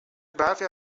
برفی